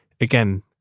Again